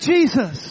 Jesus